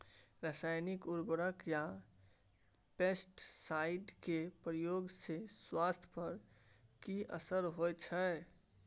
रसायनिक उर्वरक आ पेस्टिसाइड के प्रयोग से स्वास्थ्य पर कि असर होए छै?